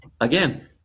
again